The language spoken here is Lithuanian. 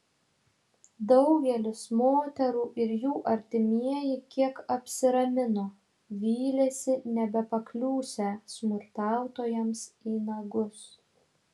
daugelis moterų ir jų artimieji kiek apsiramino vylėsi nebepakliūsią smurtautojams į nagus